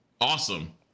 awesome